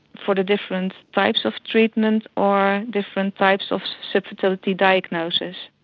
for the different types of treatment or different types of so fertility diagnosis.